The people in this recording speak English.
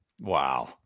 Wow